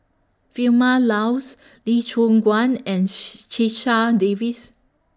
Vilma Laus Lee Choon Guan and Checha Davies